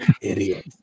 Idiot